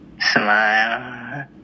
smile